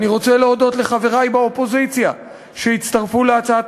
אני רוצה להודות לחברי באופוזיציה שהצטרפו להצעת